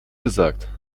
gesagt